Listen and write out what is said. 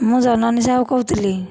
ମୁଁ ଜନନୀ ସାହୁ କହୁଥିଲି